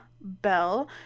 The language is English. Bell